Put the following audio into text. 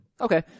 Okay